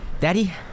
daddy